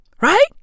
right